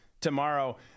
tomorrow